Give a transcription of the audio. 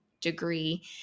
degree